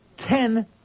Ten